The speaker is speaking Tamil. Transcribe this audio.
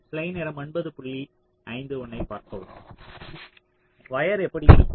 ஸ்லைடு நேரத்தைப் பார்க்கவும் 0951 வயர் எப்படி இருக்கும்